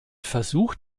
versuch